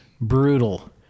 brutal